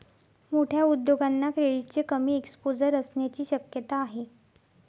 मोठ्या उद्योगांना क्रेडिटचे कमी एक्सपोजर असण्याची शक्यता आहे